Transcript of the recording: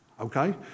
okay